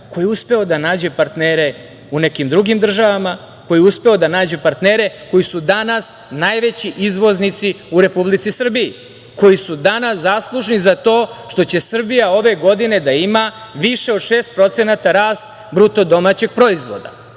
koji je uspeo da nađe partnere u nekim drugim državama, koji je uspeo da nađe partnere koji su danas najveći izvoznici u Republici Srbiji, koji su danas zaslužni za to što će Srbija ove godine da ima više od 6% rast BDP.Da bi